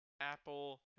Apple